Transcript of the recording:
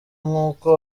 nk’uko